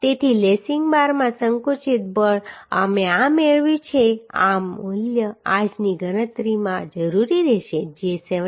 તેથી લેસિંગ બારમાં સંકુચિત બળ અમે આ મેળવ્યું છે આ મૂલ્ય આજની ગણતરીમાં જરૂરી રહેશે જે 17